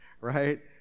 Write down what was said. right